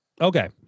Okay